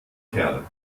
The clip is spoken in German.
kerl